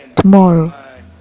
tomorrow